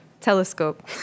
telescope